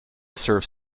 serve